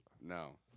No